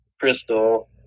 Crystal